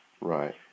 Right